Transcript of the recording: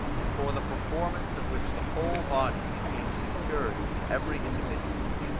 and for the performance of which the whole body became security to every individual.